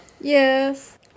Yes